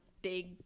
big